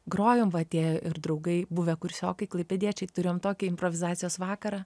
grojom va tie ir draugai buvę kursiokai klaipėdiečiai turėjom tokį improvizacijos vakarą